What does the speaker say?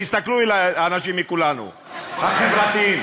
תסתכלו אלי, האנשים מכולנו, החברתיים,